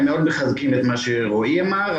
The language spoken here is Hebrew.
הם מאוד מחזקים את מה שרועי אמר,